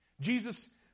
Jesus